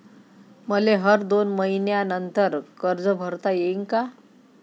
मले हर दोन मयीन्यानंतर कर्ज भरता येईन का?